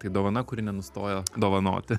tai dovana kuri nenustoja dovanoti